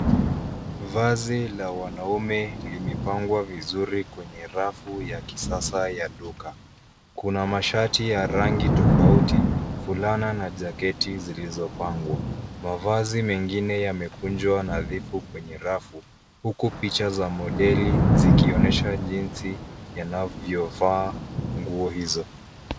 Vazi la wanaume limepangwa vizuri kwenye rafu ya kisasa ya duka. Kuna mashati ya rangi tofauti, fulana na jaketi zilizopangwa. Mavazi mengine yamekunjwa nadhifu kwenye rafu huku picha za modeli zikionyeshwa jinsi yanavyovaa nguo hizo.